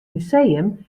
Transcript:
museum